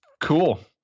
cool